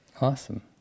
Awesome